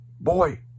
Boy